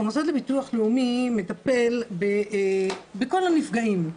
המוסד לביטוח לאומי מטפל בכל הנפגעים,